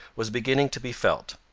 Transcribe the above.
was beginning to be felt.